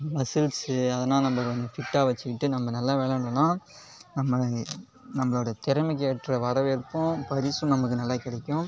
muscles அதனா நம்ம வந்து பிட்டாக வச்சுக்கிட்டு நம்ம நல்லா விளையாண்டோம்னா நம்மள நம்மளோடய திறமைக்கேற்ற வரவேற்பும் பரிசும் நம்மக்கு நல்லா கிடைக்கும்